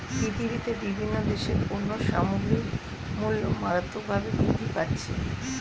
পৃথিবীতে বিভিন্ন দেশের পণ্য সামগ্রীর মূল্য মারাত্মকভাবে বৃদ্ধি পাচ্ছে